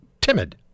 timid